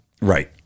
Right